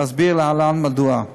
ואסביר להלן מדוע.